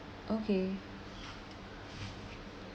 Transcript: okay